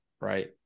right